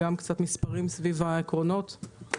מעבר לעקרונות הבסיס שהוצגו: